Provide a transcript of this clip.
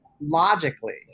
logically